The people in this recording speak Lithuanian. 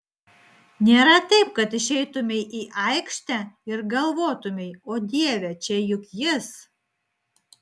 nėra taip kad išeitumei į aikštę ir galvotumei o dieve čia juk jis